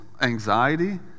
anxiety